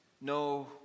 no